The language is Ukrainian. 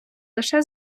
лише